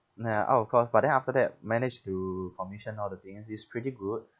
ya out of course but then after that managed to commission all the thing it's pretty good